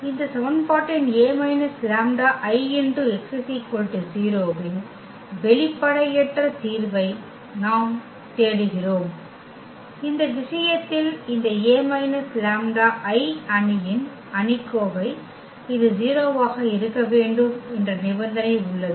ஆனால் இந்த சமன்பாட்டின் A − λIx 0 இன் வெளிப்படையற்ற தீர்வை நாம் தேடுகிறோம் இந்த விஷயத்தில் இந்த A − λI அணியின் அணிக்கோவை இது 0 ஆக இருக்க வேண்டும் என்ற நிபந்தனை உள்ளது